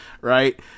right